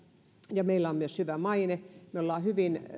ja meillä on myös hyvä maine me olemme hyvin